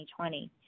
2020